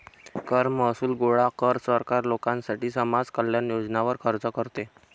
कर महसूल गोळा कर, सरकार लोकांसाठी समाज कल्याण योजनांवर खर्च करते